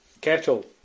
Kettle